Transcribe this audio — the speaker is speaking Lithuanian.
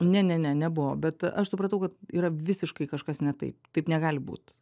ne ne ne nebuvo bet aš supratau kad yra visiškai kažkas ne taip taip negali būt